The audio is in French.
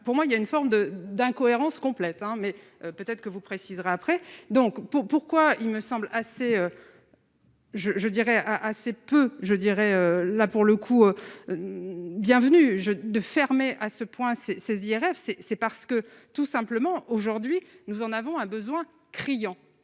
pour moi, il y a une forme de d'incohérence complète, hein, mais peut-être que vous précisera après donc pour pourquoi il me semble assez. Je je dirais a assez peu, je dirais, là pour le coup, bienvenue je de fermer à ce point saisi RFC c'est parce que tout simplement, aujourd'hui, nous en avons un besoin criant